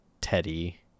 Teddy